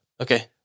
Okay